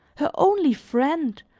her only friend,